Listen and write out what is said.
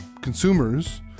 consumers